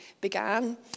began